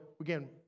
again